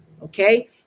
Okay